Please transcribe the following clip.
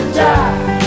die